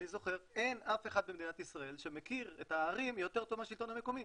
אין אחד במדינת ישראל שמכיר את הערים יותר טוב מהשלטון המקומי,